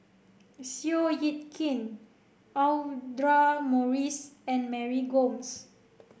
Seow Yit Kin Audra Morrice and Mary Gomes